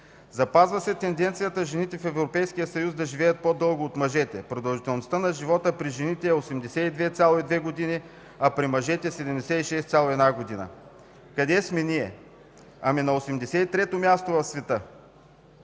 Запазва се тенденцията жените в Европейския съюз да живеят по-дълго от мъжете. Продължителността на живота при жените е 82,2 години, а при мъжете – 76,1 години. Къде сме ние? Ами, на 83 то място в света!